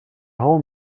home